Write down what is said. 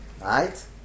Right